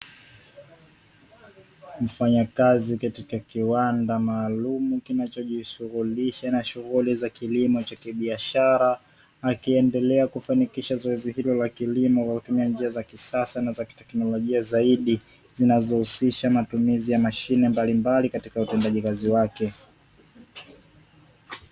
Mfanyakazi katika kiwanda maalum kinachojishughulisha na shughuli za kilimo cha kibiashara, akiendelea kufanikisha zoezi hilo kwa kuzingatia kilimo cha kisasa na teknolojia zaidi, zinazohusisha matumizi ya mashine mbalimbali katika utendaji kazi wake.